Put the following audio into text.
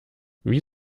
wie